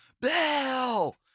Bell